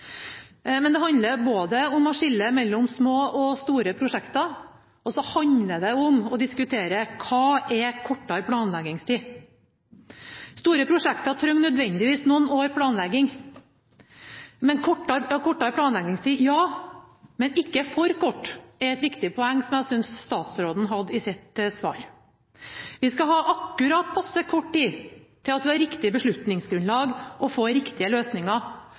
Men det handler både om å skille mellom små og store prosjekter og om å diskutere hva som er kortere planleggingstid. Store prosjekter trenger nødvendigvis noen år med planlegging. Kortere planleggingstid: Ja, men ikke for kort. Det er et viktig poeng som jeg synes statsråden hadde i sitt svar. Vi skal ha akkurat passe kort tid til at vi har et riktig beslutningsgrunnlag og får riktige løsninger.